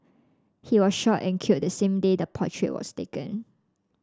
he was shot and killed the same day the portrait was taken